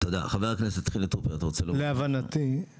תודה, חבר הכנסת חילי טרופר אתה רוצה להגיד משהו?